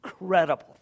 incredible